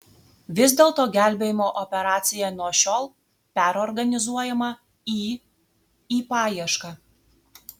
vis dėlto gelbėjimo operacija nuo šiol perorganizuojama į į paiešką